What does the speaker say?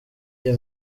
iyo